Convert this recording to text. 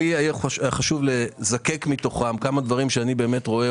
חשוב לי לזקק מתוכם כמה דברים שאני רואה